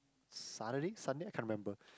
Saturday Sunday I can't remember